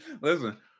Listen